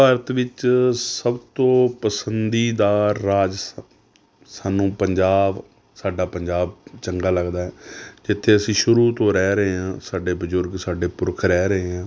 ਭਾਰਤ ਵਿੱਚ ਸਭ ਤੋਂ ਪਸੰਦੀਦਾ ਰਾਜ ਸਾ ਸਾਨੂੰ ਪੰਜਾਬ ਸਾਡਾ ਪੰਜਾਬ ਚੰਗਾ ਲੱਗਦਾ ਹੈ ਜਿੱਥੇ ਅਸੀਂ ਸ਼ੁਰੂ ਤੋਂ ਰਹਿ ਰਹੇ ਹਾਂ ਸਾਡੇ ਬਜ਼ੁਰਗ ਸਾਡੇ ਪੁਰਖ ਰਹਿ ਰਹੇ ਆ